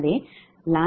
எனவே ʎʎ∆ʎ118